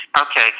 okay